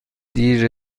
دیر